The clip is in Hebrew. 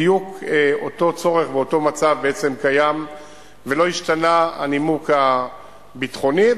בדיוק אותו צורך ואותו מצב קיים ולא השתנה הנימוק הביטחוני.